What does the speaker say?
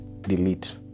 delete